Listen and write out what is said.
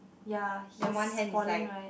ya he's falling right